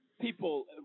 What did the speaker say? people